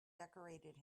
decorated